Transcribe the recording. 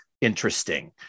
interesting